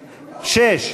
6?